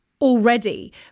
already